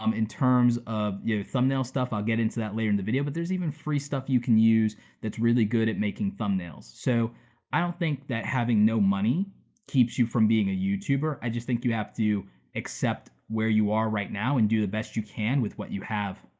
um in terms of thumbnail stuff, i'll get into that later in the video, but there's even free stuff you can use that's really good at making thumbnails. so i don't think that having no money keeps you from being a youtuber. i just think you have to accept where you are right now and do the best you can with what you have.